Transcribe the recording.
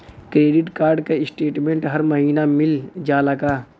Credit card क statement हर महिना मिल जाला का?